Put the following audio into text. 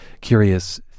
Curious